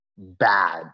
Bad